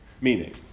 meaning